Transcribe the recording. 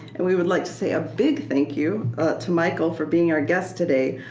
and we would like to say a big thank you to michael for being our guest today.